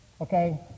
okay